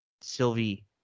Sylvie